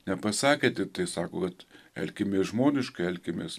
nepasakė tiktai sako kad elkimės žmogiškai elkimės